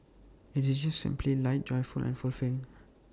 IT is just simply light joyful and fulfilling